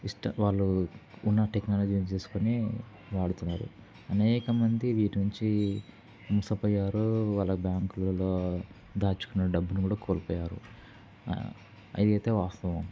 ఇష్ట వాళ్ళు ఉన్న టెక్నాలజీ యూస్ చేసుకుని వాడుతున్నారు అనేకమంది వీటి నుంచి మోసపోయారు వాళ్ళ బ్యాంకుల్లో దాచుకున్న డబ్బుని కూడా కోల్పోయారు అదియితే వాస్తవం